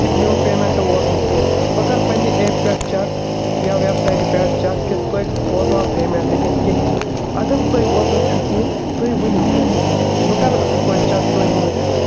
کہِ میون پیمٮ۪نٛٹ ووت نہٕ کینٛہہ بہٕ کَرٕ پنٛنہِ ایپ پٮ۪ٹھ چَک یا وٮ۪بسایٹہِ پٮ۪ٹھ چَک کہِ تُہۍ ووتوا پیمٮ۪نٛٹ کِنہٕ کِہیٖنۍ نہٕ اگر نہٕ تۄہہِ ووتمُت چھُو کینٛہہ تُہۍ ؤنِو مےٚ بہٕ کَرٕ اَصٕل پٲٹھۍ چَک تُہٕنٛدۍ موٗجوٗب